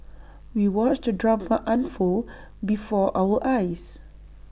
we watched the drama unfold before our eyes